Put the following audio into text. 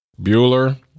Bueller